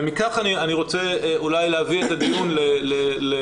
מכך אני רוצה להביא את הדיון לנקודה